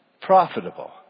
Profitable